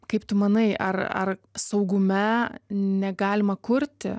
kaip tu manai ar ar saugume negalima kurti